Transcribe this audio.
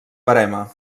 verema